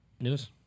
News